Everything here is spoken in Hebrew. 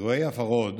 אירועי הפרהוד